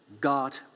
God